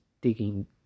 digging